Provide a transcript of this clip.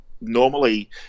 normally